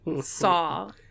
saw